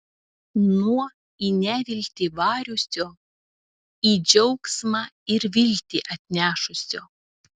nuo į neviltį variusio į džiaugsmą ir viltį atnešusio